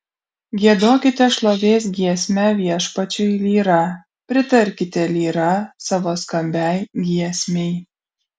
giedokite šlovės giesmę viešpačiui lyra pritarkite lyra savo skambiai giesmei